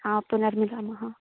आम् पुनर्मिलामः